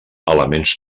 elements